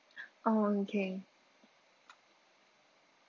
oh okay